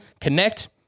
connect